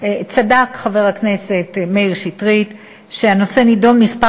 צדק חבר הכנסת מאיר שטרית שהנושא נדון כמה